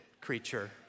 creature